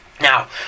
Now